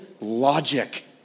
logic